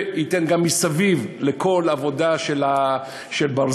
וזה ייתן גם מסביב לכול עבודה בתחומי הברזל,